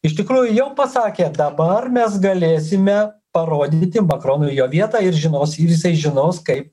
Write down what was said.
iš tikrųjų jau pasakė dabar mes galėsime parodyti makronui jo vietą ir žinos jisai žinos kai